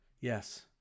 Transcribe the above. Yes